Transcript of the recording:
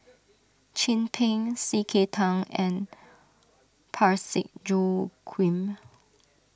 Chin Peng C K Tang and Parsick Joaquim